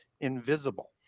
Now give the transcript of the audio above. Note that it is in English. invisible